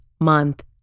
month